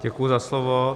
Děkuji za slovo.